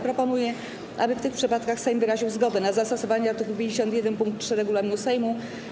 Proponuję, aby w tych przypadkach Sejm wyraził zgodę na zastosowanie art. 51 pkt 3 regulaminu Sejmu.